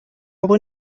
abo